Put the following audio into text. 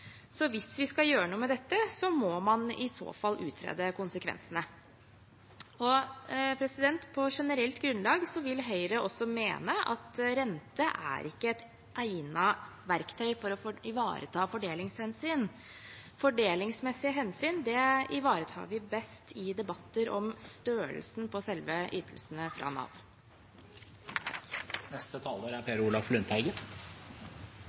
Hvis vi skal gjøre noe med dette, må man i så fall utrede konsekvensene. På generelt grunnlag vil Høyre også mene at rente ikke er et egnet verktøy for å ivareta fordelingshensyn. Fordelingsmessige hensyn ivaretar vi best i debatter om størrelsen på selve ytelsene fra Nav. Jeg vil takke Rødt for at temaet blir tatt opp. Det er